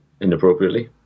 inappropriately